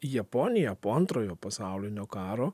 japonija po antrojo pasaulinio karo